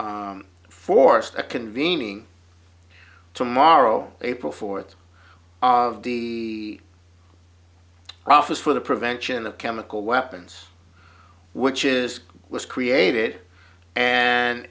f force a convening tomorrow april fourth of the office for the prevention of chemical weapons which is was created and